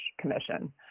Commission